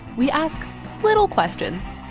we ask little questions.